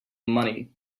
money